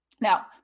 Now